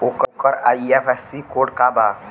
ओकर IFSC code का बा?